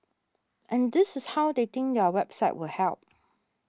and this is how they think their website will help